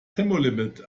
tempolimit